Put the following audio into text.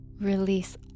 release